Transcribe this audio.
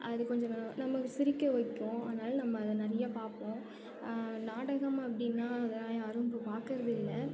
அது கொஞ்சம் நமக்கு சிரிக்க வைக்கும் அதனால் நம்ம அதை நிறைய பார்ப்போம் நாடகம் அப்படின்னா அதெல்லாம் யாரும் இப்போ பார்க்குறதில்ல